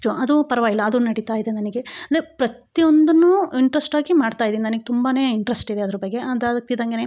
ಕುಚ್ಚು ಅದು ಪರ್ವಾಗಿಲ್ಲ ಅದು ನಡೀತಾ ಇದೆ ನನಗೆ ಅಂದರೆ ಪ್ರತಿಯೊಂದನ್ನು ಇಂಟ್ರೆಸ್ಟ್ ಆಗಿ ಮಾಡ್ತಾ ಇದ್ದೀನಿ ನನಗೆ ತುಂಬಾ ಇಂಟ್ರೆಸ್ಟ್ ಇದೆ ಅದರ ಬಗ್ಗೆ ಅಂತ ಅದಾಗ್ತಿದ್ದಂಗೆನೇ